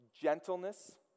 gentleness